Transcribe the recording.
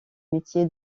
métier